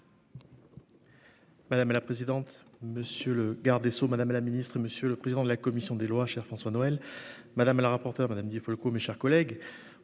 Madame la présidente, monsieur le garde des sceaux, Madame la Ministre, Monsieur le président de la commission des lois, cher François Noël madame la rapporteure madame Di Folco, mes chers collègues,